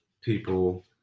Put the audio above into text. people